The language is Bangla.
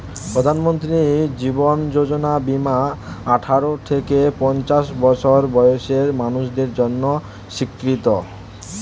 প্রধানমন্ত্রী জীবন যোজনা বীমা আঠারো থেকে পঞ্চাশ বছর বয়সের মানুষদের জন্য স্বীকৃত